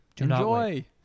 Enjoy